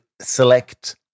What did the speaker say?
select